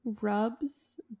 rubs